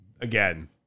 again